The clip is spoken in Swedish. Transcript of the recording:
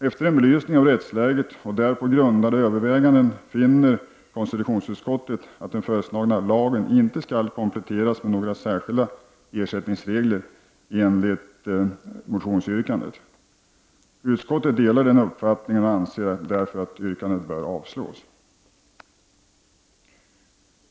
Efter en belysning av rättsläget och därpå grundade överväganden finner konstitutionsutskottet att den föreslagna lagen inte skall kompletteras med några särskilda ersättningsregler enligt motion Fö28 yrkande 4. Utskottet delar den uppfattningen och anser därför att yrkandet bör avslås.